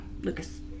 Lucas